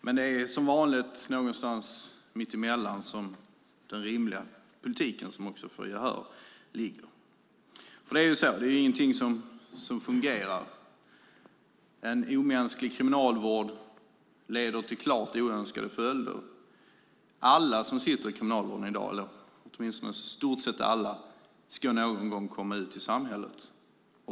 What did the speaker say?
Men det är som vanligt någonstans mittemellan som den rimliga politiken ligger, vilken också får gehör. En omänsklig kriminalvård leder till klart oönskade följder. Det är ingenting som fungerar. Alla som sitter i kriminalvården, åtminstone i stort sett alla, ska någon gång komma ut i samhället.